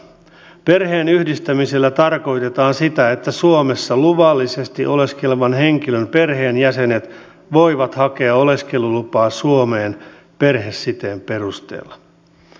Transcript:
perheenyhdistämisellä tarkoitetaan sitä että suomessa luvallisesti oleskelevan henkilön perheenjäsenet voivat hakea oleskelulupaa suomeen perhesiteen perusteella